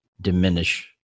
diminish